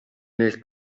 nel